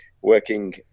working